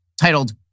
titled